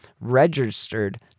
registered